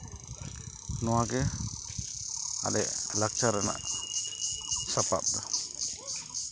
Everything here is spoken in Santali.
ᱱᱚᱣᱟᱜᱮ ᱟᱞᱮᱭᱟᱜ ᱞᱟᱠᱪᱟᱨ ᱨᱮᱱᱟᱜ ᱥᱟᱯᱟᱵ ᱫᱚ